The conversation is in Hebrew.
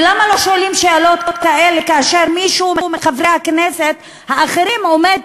ולמה לא שואלים שאלות כאלה כאשר מישהו מחברי הכנסת האחרים עומד